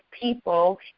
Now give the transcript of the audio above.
people